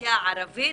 האוכלוסייה הערבית